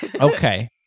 Okay